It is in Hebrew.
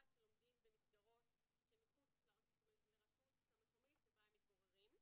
שלומדים במסגרות שמחוץ לרשות המקומית שבה הם מתגוררים.